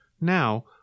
Now